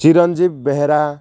Chiranjeeb Behera